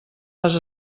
les